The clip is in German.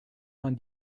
man